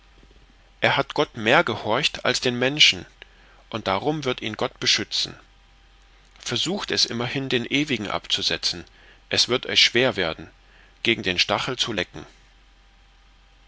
er hat gott mehr gehorcht als den menschen und darum wird ihn gott beschützen versucht es immerhin den ewigen abzusetzen es wird euch schwer werden gegen den stachel zu lecken